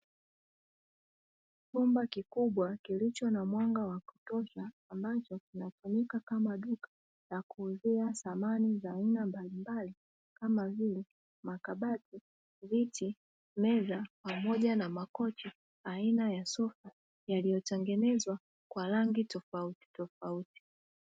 Chumba kikubwa kilicho na mwanga wa kutosha ambacho kinatumika kama duka la kuuzia samani za aina mbalimbali kama vile; makabati, viti, meza pamoja na makochi aina ya sofa yaliyotengenezwa kwa rangi tofautitofauti.